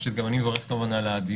ראשית, גם אני מברך כמובן על הדיון.